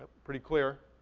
pretty clear,